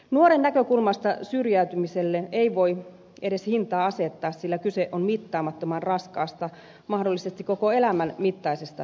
nuoren näkökulmasta syrjäytymiselle ei voi edes hintaa asettaa sillä kyse on mittaamattoman raskaasta mahdollisesti koko elämän mittaisesta taakasta